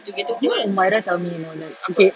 you know that mirah tell me you know like okay